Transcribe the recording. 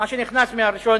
מה שנכנס לתוקף ב-1